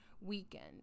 weekend